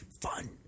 fun